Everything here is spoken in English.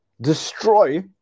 destroy